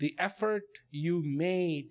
the effort you ma